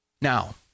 Now